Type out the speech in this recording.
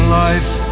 life